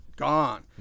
Gone